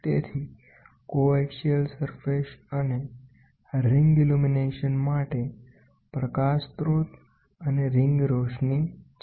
તેથી એકધરીય સપાટી અને ring illumination માટે પ્રકાશ સ્રોત અને રિંગ રોશની છે